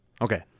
okay